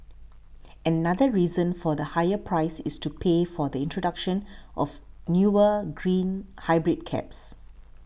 another reason for the higher price is to pay for the introduction of newer green hybrid cabs